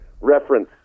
reference